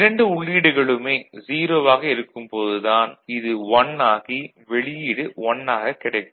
இரண்டு உள்ளீடுகளுமே 0 ஆக இருக்கும் போது தான் இது 1 ஆகி வெளியீடு 1 ஆகக் கிடைக்கும்